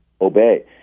obey